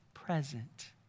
Present